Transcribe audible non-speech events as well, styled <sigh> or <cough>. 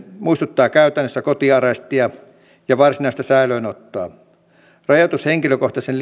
muistuttaa käytännössä kotiarestia ja varsinaista säilöönottoa rajoitus henkilökohtaiseen <unintelligible>